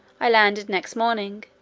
i landed next morning,